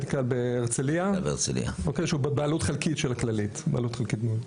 מדיקל בהרצליה שהוא בבעלות חלקית מאוד של הכללית.